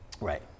Right